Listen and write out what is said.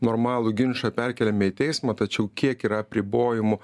normalų ginčą perkeliame į teismą tačiau kiek yra apribojimų